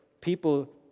people